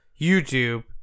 YouTube